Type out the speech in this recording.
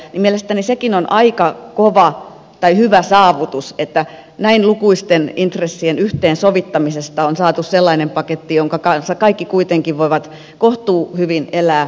mielestäni sekin on aika kova tai hyvä saavutus että näin lukuisat intressit yhteensovittamalla on saatu sellainen paketti jonka kanssa kaikki kuitenkin voivat kohtuuhyvin elää